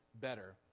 better